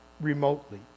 remotely